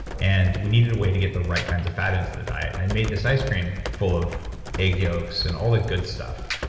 and we needed a way to get the right kinds of fat into the diet. and i made this ice cream full of egg yolks, and all the good stuff.